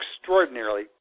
extraordinarily